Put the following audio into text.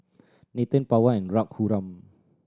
Nathan Pawan and Raghuram